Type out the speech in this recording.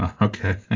Okay